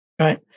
Right